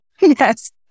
Yes